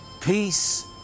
peace